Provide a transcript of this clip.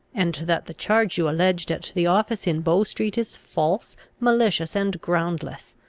and that the charge you alleged at the office in bow-street is false, malicious, and groundless.